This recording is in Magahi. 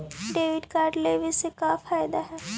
डेबिट कार्ड लेवे से का का फायदा है?